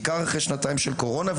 בעיקר אחרי שנתיים של קורונה,